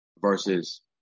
Versus